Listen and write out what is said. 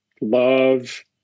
love